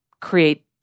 create